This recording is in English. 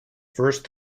first